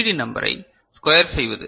D நம்பரை square செய்வது